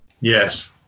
Yes